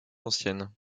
anciennes